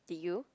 did you